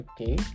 Okay